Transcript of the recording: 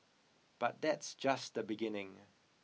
but that's just the beginning